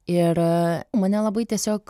ir mane labai tiesiog